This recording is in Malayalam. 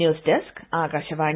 news desk Akashvani